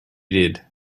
did